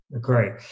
Great